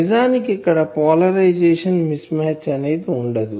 నిజానికి ఇక్కడ polarisation mismatch అనేది ఉండదు